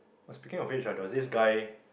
!wah! speaking of which ah there's this guy